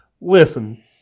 Listen